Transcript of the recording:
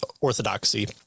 orthodoxy